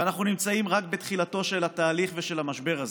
ואנחנו נמצאים רק בתחילתו של התהליך ושל המשבר הזה.